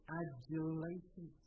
adulation